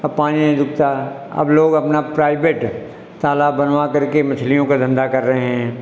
अब पानी नहीं रुकता अब लोग अपना प्राइबेड़ तालाब बनवा करके मछलियों का धंधा कर रहे हैं